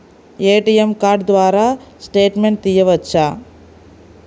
ATM card ద్వారా statement తీయవచ్చా?